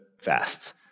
fast